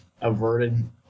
averted